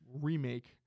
remake